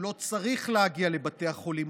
הוא לא צריך להגיע לבתי החולים,